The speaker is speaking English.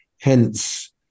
Hence